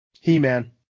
He-Man